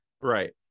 right